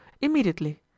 Immediately